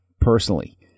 personally